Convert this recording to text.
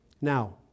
Now